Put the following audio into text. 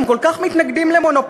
אתם כל כך מתנגדים למונופולים.